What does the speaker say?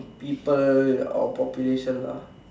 people or population lah